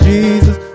Jesus